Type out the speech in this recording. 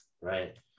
right